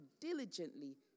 diligently